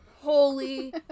holy